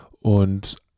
und